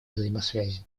взаимосвязи